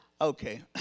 Okay